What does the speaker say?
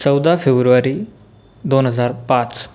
चौदा फेब्रुवारी दोन हजार पाच